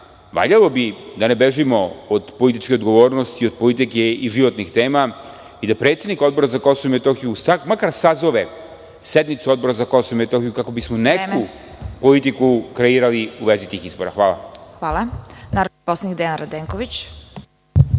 valjalo bi da ne bežimo od političke odgovornosti, od politike i životnih tema i da predsednik Odbora za Kosovo i Metohiju, makar sazove sednicu Odbora za Kosovo i Metohiju, kako bi smo neku politiku kreirali u vezi tih izbora. Hvala. **Vesna Kovač** Hvala. Narodni poslanik Dejan Radenković.